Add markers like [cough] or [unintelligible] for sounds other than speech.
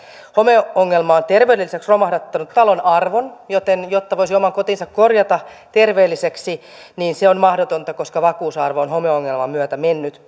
homeongelma on terveyden lisäksi romahduttanut talon arvon joten se että voisi oman kotinsa korjata terveelliseksi on mahdotonta koska vakuusarvo on homeongelman myötä mennyt [unintelligible]